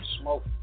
Smoke